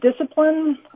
discipline